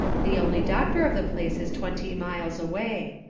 the only doctor of the place is twenty miles away.